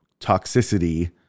toxicity